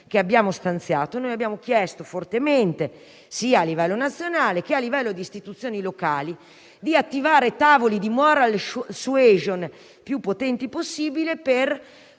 che abbiamo stanziato, abbiamo chiesto fortemente a livello sia nazionale, che di istituzioni locali di attivare tavoli di *moral suasion* il più potenti possibile per